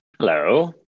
Hello